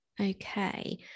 okay